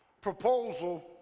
proposal